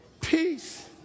Peace